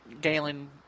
Galen